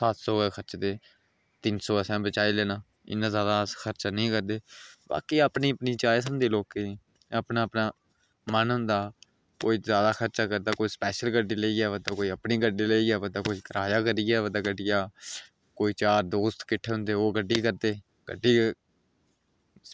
सत्त सौ रपेआ खर्च दे तीन सौ असें बचाई लैना इन्ना जादै अस खर्चा नेईं करदे बाकी अपनी अपनी च्वाईस होंदी लोकें दी अपना अपना मन होंदा ते जादै खर्च करदा कोई स्पेशल गड्डी लेइयै आवा दा कोई अपनी गड्डी लेइयै आवा दा कोई कोई किराये पर गड्डी करियै आवा दा कोई चार दोस्त होंदे ओह् हगड्डी किट्ठी करदे गड्डी